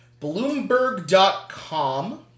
Bloomberg.com